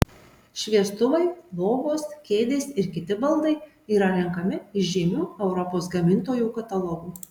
šviestuvai lovos kėdės ir kiti baldai yra renkami iš žymių europos gamintojų katalogų